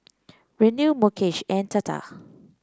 Renu Mukesh and Tata